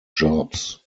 jobs